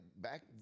back